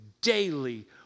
daily